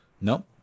No